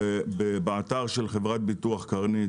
באתר של חברת ביטוח קרנית,